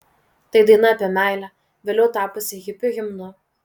tai daina apie meilę vėliau tapusi hipių himnu